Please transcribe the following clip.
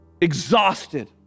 exhausted